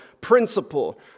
principle